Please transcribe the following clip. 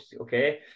okay